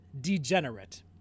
Degenerate